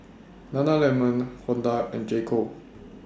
Nana Lemon Honda and J Co